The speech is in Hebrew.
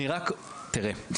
תראה,